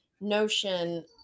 notion